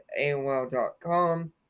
AOL.com